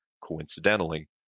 coincidentally